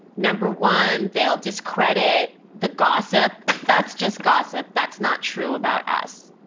number one, they'll discredit the gossip that's just gossip. that's not true about us.